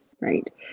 Right